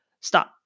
stop